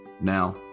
Now